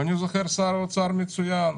אני זוכר שר אוצר מצוין,